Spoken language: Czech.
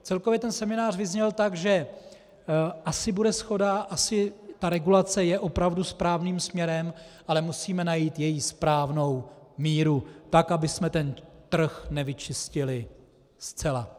Celkově seminář vyzněl tak, že asi bude shoda, asi ta regulace je opravdu správným směrem, ale musíme najít její správnou míru, tak abychom ten trh nevyčistili zcela.